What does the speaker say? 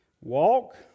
Walk